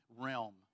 realm